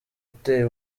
uteye